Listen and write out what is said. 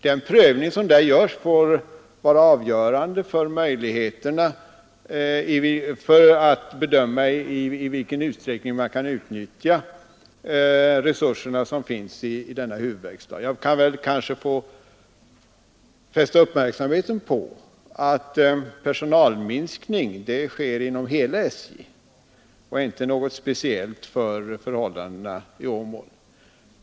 Den prövning som där görs får vara avgörande för möjligheterna att bedöma i vilken utsträckning man kan utnyttja de resurser som finns vid denna verkstad. Jag kanske kan få fästa uppmärksamheten på att personalminskning sker inom hela SJ och att den inte är något speciellt för verkstaden i Åmål.